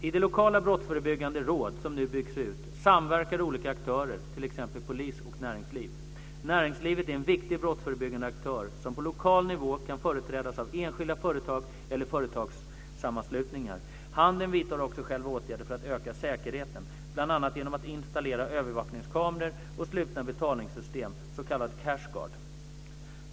I de lokala brottsförebyggande råd som nu byggs ut samverkar olika aktörer, t.ex. polis och näringsliv. Näringslivet är en viktig brottsförebyggande aktör som på lokal nivå kan företrädas av enskilda företag eller företagssammanslutningar. Handeln vidtar också själv åtgärder för att öka säkerheten, bl.a. genom att installera övervakningskameror och slutna betalningssystem s.k. cash-guard.